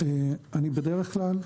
בדרך כלל,